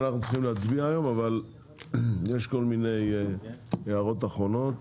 אנחנו צריכים להצביע היום אבל יש כל מיני הערות אחרונות.